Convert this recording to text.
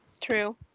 True